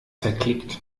verklickt